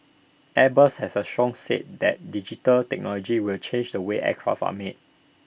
airbus has A strong said that digital technology will change the way aircraft are made